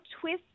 twist